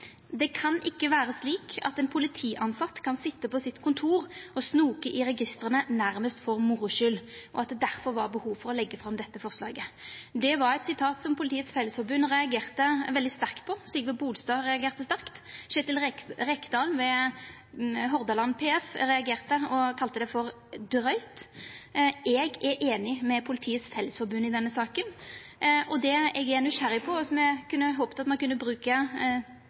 det «kan ikke være slik at en politiansatt kan sitte på sitt kontor og snoke i registrene nærmest for moro skyld», og at det difor var behov for å leggja fram dette forslaget. Det var eit sitat som Politiets Fellesforbund reagerte veldig sterkt på. Sigve Bolstad reagerte sterkt. Kjetil Rekdal ved Hordaland PF reagerte og kalla utsegna «drøy». Eg er einig med Politiets Fellesforbund i denne saka, og det eg er nysgjerrig på, og som eg kunne håpa at ein kunne